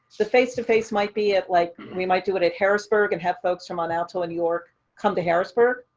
the face to face might be at. like we might do it at harrisburg and have folks from mont alto and york come to harrisburg.